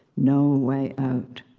no way out.